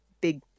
big